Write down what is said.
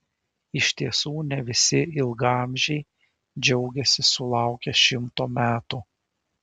iš tiesų ne visi ilgaamžiai džiaugiasi sulaukę šimto metų